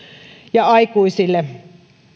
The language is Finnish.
ja aikuisille